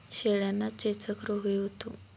शेळ्यांना चेचक रोगही होतो